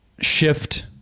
shift